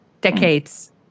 decades